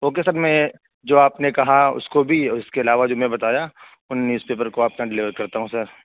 okay sir میں جو آپ نے کہا اس کو بھی اور اس کے علاوہ جو میں بتایا ان نیوز پیپر کو آپ کے یہاں ڈلیور کرتا ہوں سر